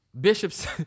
bishops